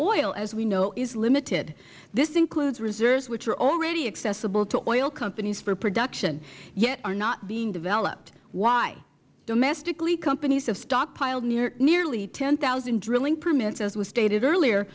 oil as we know is limited this includes reserves which are already accessible to oil companies for production yet are not being developed why domestically companies have stockpiled nearly ten thousand drilling permits as was stated earlier